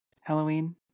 Halloween